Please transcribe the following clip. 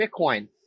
Bitcoin